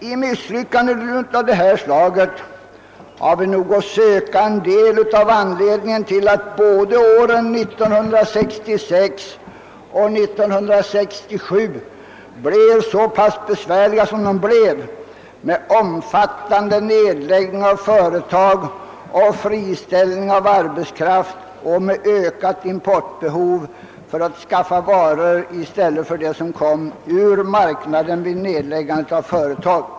I misslyckanden av detta slag har vi nog att söka en del av anledningen till att båda åren 1966 och 1967 blev så pass besvärliga med omfattande nedläggning av företag och friställning av arbetskraft och med ökat importbehov av varor för att ersätta det bortfall på marknaden som blev följden.